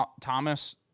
Thomas